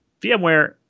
VMware